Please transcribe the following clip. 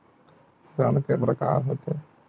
ऋण के प्रकार के होथे?